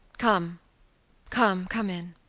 come come come in.